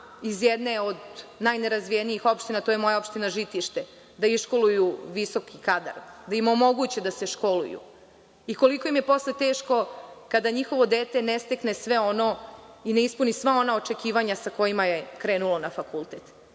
iz jedne od najnerazvijenijih opština, to je moja opština Žitište, da iškoluju visoki kadar, da im omoguće da se školuju, koliko im je posle teško kada njihovo dete ne stekne sve ono i ne ispuni sva ona očekivanja sa kojima je krenulo na fakultet.